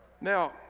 Now